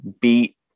beat